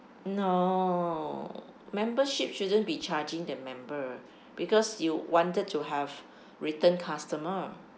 no membership shouldn't be charging the member because you wanted to have return customer